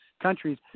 countries